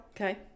okay